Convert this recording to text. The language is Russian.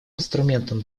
инструментом